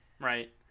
right